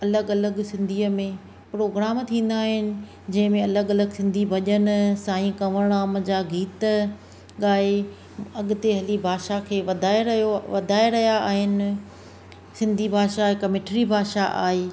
अलॻि अलॻि सिंधीअ में प्रोगाम थींदा आहिनि जंहिं में अलॻि अलॻि सिन्धी भॼनु साईं कंवररामु जी गीत ॻाए अॻिते हली भाषा खे वधाए रहियो वधाए रहिया आहिनि सिन्धी भाषा हिकु मिठड़ी भाषा आहे